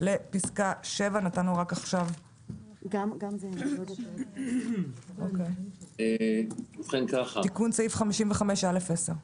לפסקה 7. תיקון סעיף 55א(10).